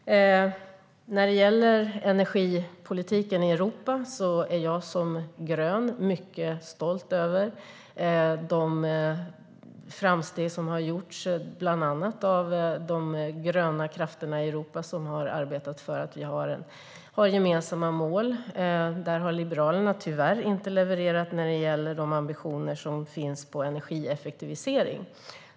Som grön är jag väldigt stolt över de framsteg som har gjorts i energipolitiken i Europa bland annat av de gröna krafterna som har arbetat för gemensamma mål. Där har Liberalerna tyvärr inte levererat när det gäller de ambitioner som finns för energieffektivisering.